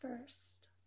first